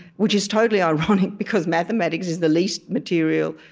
which is totally ironic because mathematics is the least material,